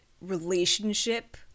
relationship